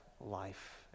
life